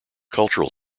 cultural